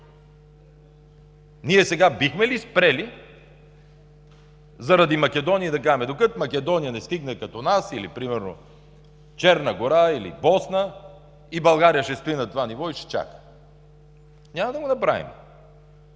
Ние сега бихме ли спрели заради Македония и да кажем: докато Македония не стигне като нас, или примерно Черна гора, или Босна, България ще стои на това ниво и ще чака. Няма да го направим!